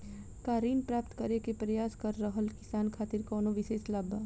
का ऋण प्राप्त करे के प्रयास कर रहल किसान खातिर कउनो विशेष लाभ बा?